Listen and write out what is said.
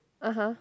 (uh huh)